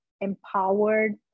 empowered